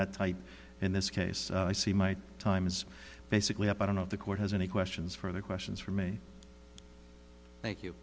that type in this case i see my time is basically up i don't know if the court has any questions for the questions for me thank you